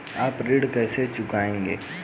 आप ऋण कैसे चुकाएंगे?